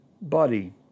body